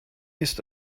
ist